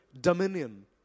dominion